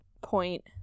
point